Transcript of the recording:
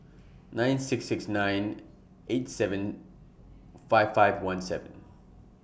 nine six six nine eight seven five five one seven